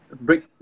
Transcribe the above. Break